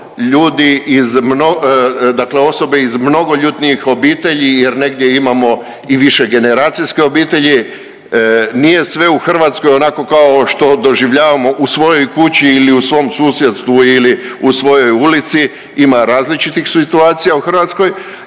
ljudi iz dakle osobe iz mnogoljudnijih obitelji jer negdje imamo i više generacijske obitelji. Nije sve u Hrvatskoj onako kao što doživljavamo u svojoj kući ili u svom susjedstvu ili u svojoj ulici, ima različitih situacija u Hrvatskoj